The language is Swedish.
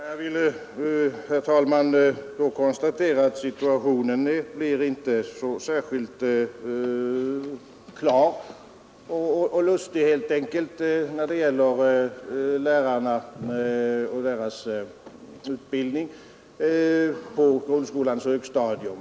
Herr talman! Jag vill konstatera, att situationen inte blir särskilt klar när det gäller lärarna och deras utbildning på grundskolans högstadium.